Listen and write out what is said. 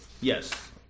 Yes